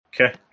Okay